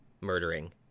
murdering